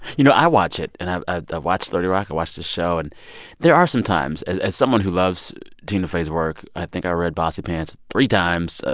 you know, i watch it. and i ah watched thirty rock. i watch this show. and there are some times as as someone who loves tina fey's work, i think i read bossy pants three times.